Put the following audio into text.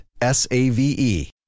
S-A-V-E